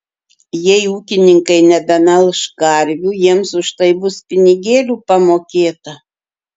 jei ūkininkai nebemelš karvių jiems už tai bus pinigėlių pamokėta